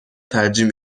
ترجیح